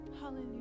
hallelujah